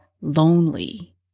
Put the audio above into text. lonely